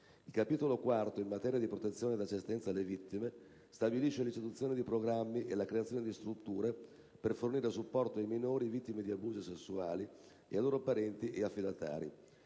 Il Capitolo IV, in materia di protezione ed assistenza alle vittime, stabilisce l'istituzione di programmi e la creazione di strutture per fornire supporto ai minori vittime di abusi sessuali e ai loro parenti e affidatari.